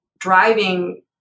driving